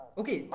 okay